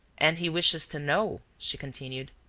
and he wishes to know, she continued,